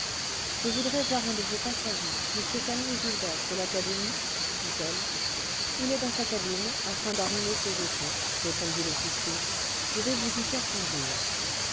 je voudrais voir un de vos passagers m camille gildas de l'académie dit-elle il est dans sa cabine en train d'arrimer ses effets répondit l'officier je vais vous y faire conduire